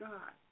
God